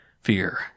fear